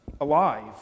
Alive